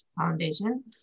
foundation